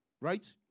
Right